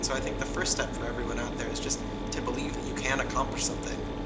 so i think the first step for everyone out there is just to believe that you can accomplish something.